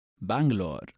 Bangalore